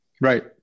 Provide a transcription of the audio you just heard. Right